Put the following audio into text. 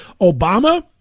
Obama